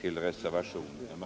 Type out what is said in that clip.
till reservationen